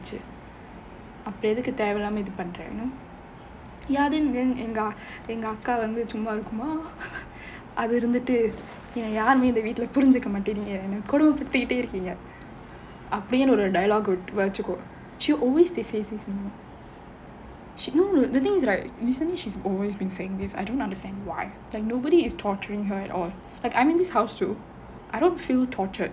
அப்புறம் எதுக்கு தேவை இல்லாம இது பண்ற:appuram edukku thevai illaama idhu pandra you know ya then then எங்க அக்கா வந்து சும்மா இருக்குமா அது இருந்துட்டு யாருமே இந்த வீட்டுல புரிஞ்சிக்க மாட்டேங்குறீங்க என்ன கொடுமை படுத்திட்டே இருக்கீங்க அப்டினு ஒரு:enga akka vanthu summa irukkumaa adhu irunthuttu intha veetula purinjikka maattaengureenga enna kodumai paduthittae irukkeenga apdinu oru dialogue வச்சிக்கோ:vachikko she always says this no no no the things is right recently she's always been saying this I don't understand why like nobody is torturing her at all like I'm in this house too I don't feel tortured